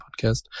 podcast